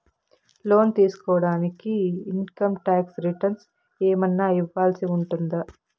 లోను తీసుకోడానికి income tax returns ఏమన్నా ఇవ్వాల్సి ఉంటుందా